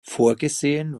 vorgesehen